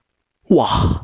!wah!